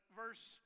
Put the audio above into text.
verse